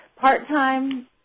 part-time